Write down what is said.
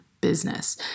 business